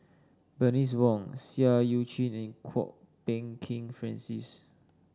Bernice Wong Seah Eu Chin and Kwok Peng Kin Francis